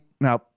now